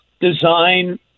design